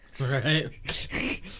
Right